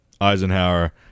Eisenhower